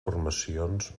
formacions